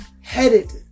headed